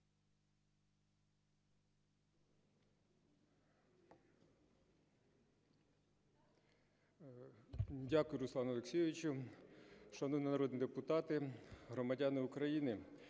Дякую, Руслане Олексійовичу. Шановні народні депутати, громадяни України!